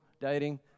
dating